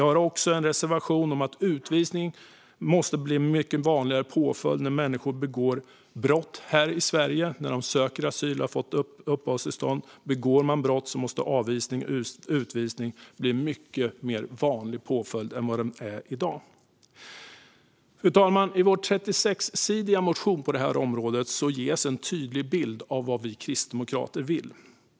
Vi har också en reservation i vilken vi tar upp att utvisning måste bli en mycket vanligare påföljd när människor begår brott här i Sverige när de söker asyl eller har fått uppehållstillstånd. Om man begår brott måste avvisning och utvisning bli en mycket vanligare påföljd än i dag. Fru talman! I vår 36-sidiga motion på området ges en tydlig bild av vad Kristdemokraterna vill.